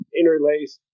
interlace